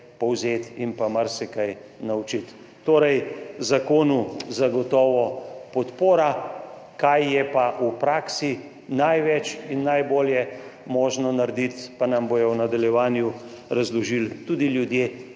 povzeti in marsikaj naučiti. Zakonu zagotovo podpora, kaj je v praksi največ in najbolje možno narediti, pa nam bodo v nadaljevanju razložili tudi ljudje,